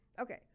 okay